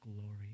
glory